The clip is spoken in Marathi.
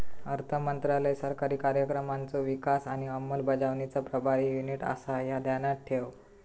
अर्थमंत्रालय सरकारी कार्यक्रमांचो विकास आणि अंमलबजावणीचा प्रभारी युनिट आसा, ह्या ध्यानात ठेव